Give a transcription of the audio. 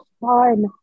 fun